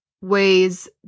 weighs